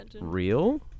real